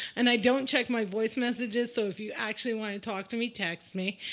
and i don't check my voice messages, so if you actually want to talk to me, text me.